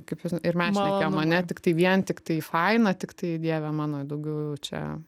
kaip ir mes šnekėjom ane tiktai vien tiktai faina tiktai dieve mano daugiau čia